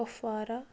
Kupwara